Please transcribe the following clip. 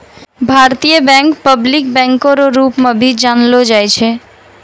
भारतीय bank public बैंको रो रूप मे भी जानलो जाय छै